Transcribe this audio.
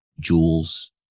jewels